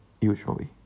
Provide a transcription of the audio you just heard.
usually